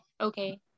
Okay